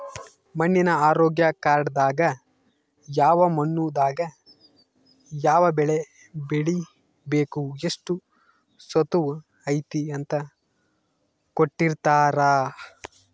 ಮಣ್ಣಿನ ಆರೋಗ್ಯ ಕಾರ್ಡ್ ದಾಗ ಯಾವ ಮಣ್ಣು ದಾಗ ಯಾವ ಬೆಳೆ ಬೆಳಿಬೆಕು ಎಷ್ಟು ಸತುವ್ ಐತಿ ಅಂತ ಕೋಟ್ಟಿರ್ತಾರಾ